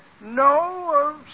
No